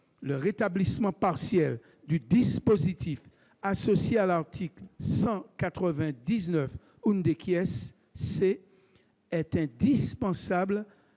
le rétablissement partiel du dispositif associé à l'article 199 C est indispensable